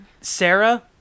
Sarah